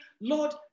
Lord